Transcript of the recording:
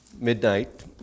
Midnight